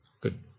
Good